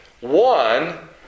One